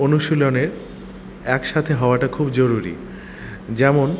অনুশীলনের একসাথে হওয়াটা খুব জরুরি যেমন